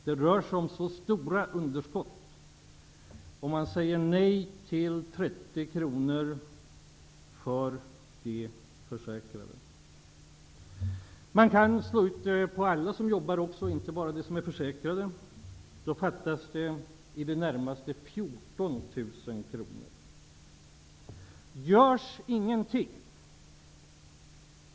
Det blir fråga om så stora underskott om man säger nej till 30 kronor för de försäkrade. Man kan också slå ut beloppet på alla som jobbar och inte bara på de försäkrade. Då fattas i det närmaste 14 000 kr.